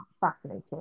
Fascinating